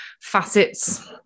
facets